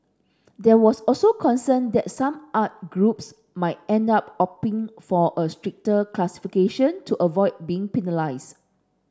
there was also concern that some art groups might end up opting for a stricter classification to avoid being penalised